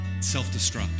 self-destruct